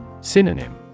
Synonym